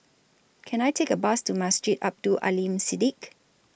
Can I Take A Bus to Masjid Abdul Aleem Siddique